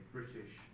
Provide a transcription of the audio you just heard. British